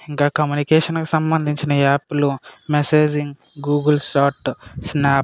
ఇంకా కమ్యూనివేషన్కు సంబంధించిన యాప్లు మెసేజింగ్ గూగుల్ షాట్ స్నాప్